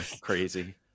crazy